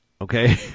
okay